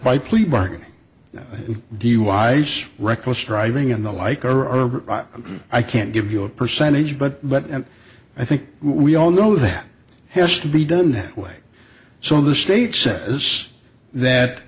by plea bargain duis reckless driving and the like or are i can't give you a percentage but but and i think we all know that has to be done that way so the state says that